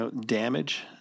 damage